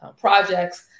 Projects